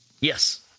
Yes